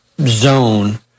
zone